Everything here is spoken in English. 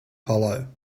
hollow